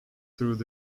through